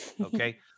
okay